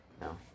No